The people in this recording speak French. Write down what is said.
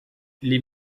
les